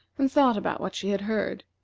and thought about what she had heard.